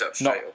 no